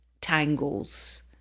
tangles